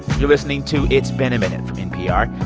you're listening to it's been a minute from npr.